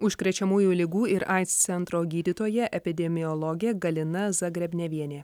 užkrečiamųjų ligų ir aids centro gydytoja epidemiologė galina zagrebnevienė